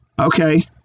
okay